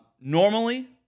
Normally